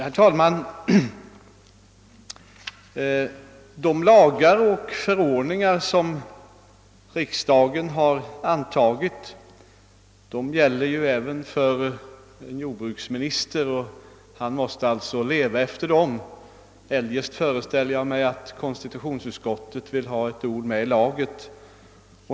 Herr talman! De lagar och förordningar som riksdagen har antagit gäller ju även för jordbruksministern, och han måste alltså leva efter dem. Eljest föreställer jag mig att konstitutionsutskottet vill ha ett ord med i laget.